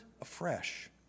afresh